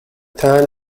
tan